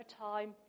time